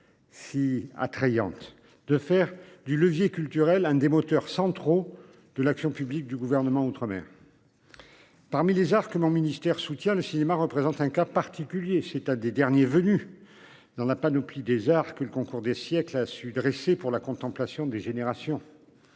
Si attrayante de faire du levier culturel, un des moteurs centraux de l'action publique du gouvernement outre-mer. Parmi les mon ministère soutient le cinéma représente un cas particulier, c'est un des derniers venus. Dans la panoplie des arts que le concours des siècles a su dresser pour la contemplation des générations.